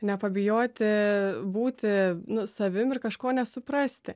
nepabijoti būti savim ir kažko nesuprasti